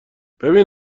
ببین